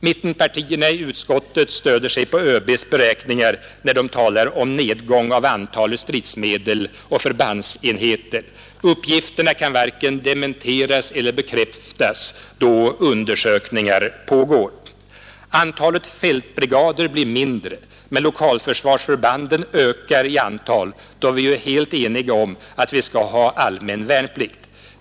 Mittenpartierna i utskottet stöder sig på ÖB:s beräkningar, när de talar om nedgång av antalet stridsmedel och förbandsenheter. Uppgifterna kan varken dementeras eller bekräftas. då undersökningar pågår. Antalet fältbrigader blir mindre, men lokalförsvarsförbanden ökar i antal, då vi ju är helt eniga om att vi skall ha allmän värnplikt.